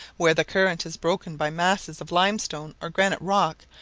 where the current is broken by masses of limestone or granite rock,